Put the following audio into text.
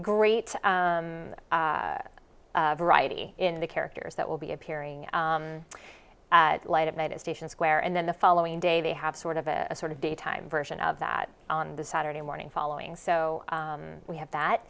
great variety in the characters that will be appearing at late at night is station square and then the following day they have sort of a sort of daytime version of that on the saturday morning following so we have that